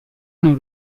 non